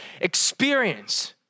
experience